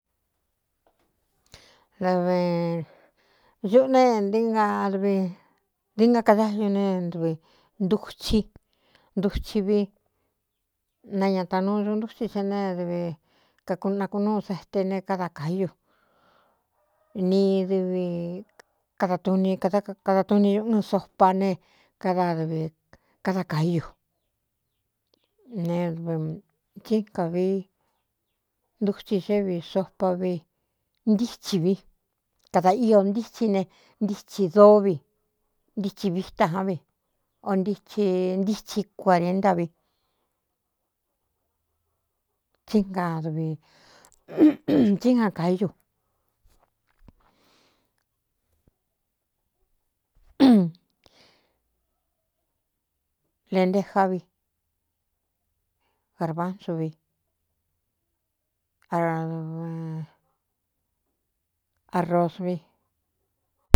Dvcuꞌu needií ngakadáñu nedvi ntutsi ndutsi vi nañataanuu dun ntutsi te needvi kakuꞌnaku núu sete ne káda kaíyu ni dvi kada tni kada tuni ɨn sopa ne kadadvi kada kayu ne tsíkavi ndutsi xévi sopa vi ntítsi vi kadā íō ō ntítsi ne ntitsi dóo vi ntitsi vita ján vi ō ntiti ntitɨ cuarenta vitsíngadv tsíga kayu lente jávi gārban suvi arosvi.